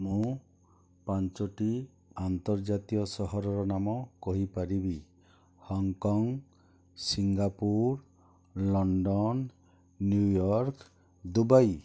ମୁଁ ପାଞ୍ଚୋଟି ଆନ୍ତର୍ଜାତୀୟ ସହରର ନାମ କହିପାରିବି Hong Kong Singapore London New York Dubai